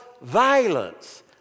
violence